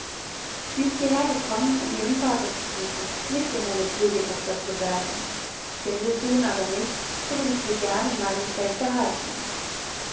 sagteolanocheinpaarworte sieist hierher gekommen um ihren vater zu suchen nicht um meine pflegetochter zu werden findet sie ihn aber nicht so will ich sie gern in meinem zelt behalten